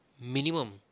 minimum